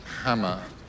Hammer